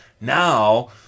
now